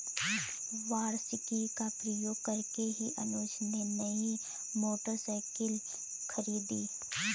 वार्षिकी का प्रयोग करके ही अनुज ने नई मोटरसाइकिल खरीदी